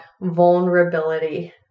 vulnerability